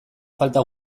falta